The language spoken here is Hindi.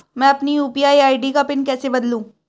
मैं अपनी यू.पी.आई आई.डी का पिन कैसे बदलूं?